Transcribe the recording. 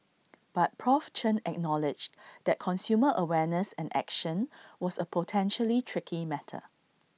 but Prof Chen acknowledged that consumer awareness and action was A potentially tricky matter